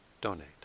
donate